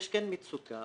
יש מצוקה,